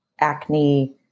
acne